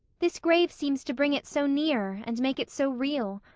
this grave seems to bring it so near and make it so real.